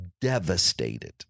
devastated